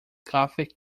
gothic